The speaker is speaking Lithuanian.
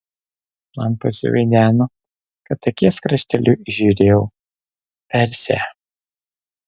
man pasivaideno kad akies krašteliu įžiūrėjau persę